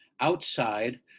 outside